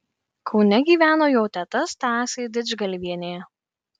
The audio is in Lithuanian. kaune gyveno jo teta stasė didžgalvienė